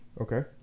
Okay